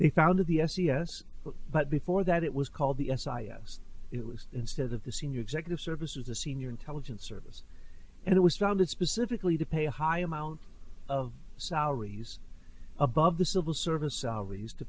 they founded the s e s but before that it was called the s a s it was instead of the senior executive service is a senior intelligence service and it was founded specifically to pay a high amount of salaries above the civil service ollie's to